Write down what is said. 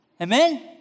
Amen